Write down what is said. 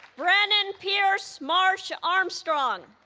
brennan pierce marsh-armstrong